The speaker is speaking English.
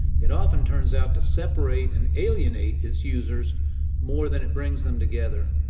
it often turns out to separate and alienate its users more than it brings them together.